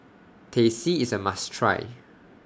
Teh C IS A must Try